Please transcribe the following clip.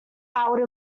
out